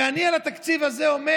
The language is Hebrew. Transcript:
ואני על התקציב הזה אומר: